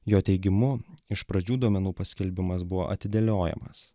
jo teigimu iš pradžių duomenų paskelbimas buvo atidėliojamas